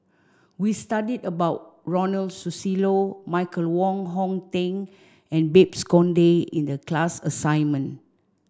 we studied about Ronald Susilo Michael Wong Hong Teng and Babes Conde in the class assignment